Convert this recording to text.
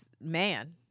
man